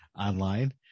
online